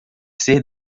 ser